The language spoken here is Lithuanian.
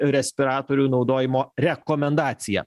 respiratorių naudojimo rekomendacija